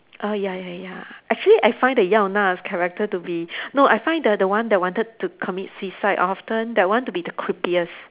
oh ya ya ya actually I find the Yao Na character to be no I find the the one that wanted to commit suicide often that one to be the creepiest